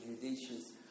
Judicious